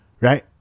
right